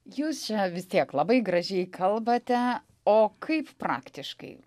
jūs čia vis tiek labai gražiai kalbate o kaip praktiškai